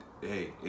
Hey